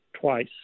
twice